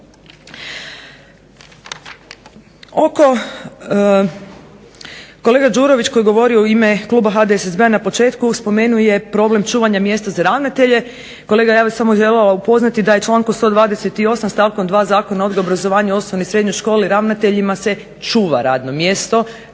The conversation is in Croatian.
Kolega Đurović koji je govorio u ime kluba HDSSB-a na početku spomenuo je problem čuvanja mjesta za ravnatelje. Kolega, ja bih vas samo željela upoznati da je člankom 128. stavkom 2. Zakona o odgoju i obrazovanju u srednjoj školi ravnateljima se čuva radno mjesto.